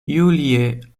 julie